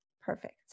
Perfect